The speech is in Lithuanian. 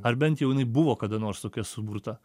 ar bent jau jinai buvo kada nors tokia suburta